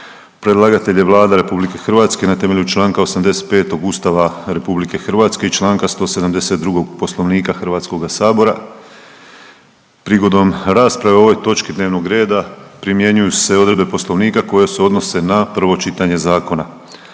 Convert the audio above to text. Predlagatelj je Vlada RH na temelju Članka 85. Ustava RH i Članka 172. Poslovnika Hrvatskog sabora. Prigodom rasprave o ovoj točki dnevnog reda primjenjuju se odredbe Poslovnika koje se odnose na prvo čitanje zakona.